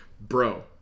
bro